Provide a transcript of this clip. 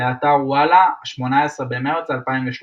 באתר וואלה, 18 במרץ 2013